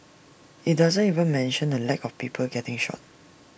IT doesn't even mention the lack of people getting shot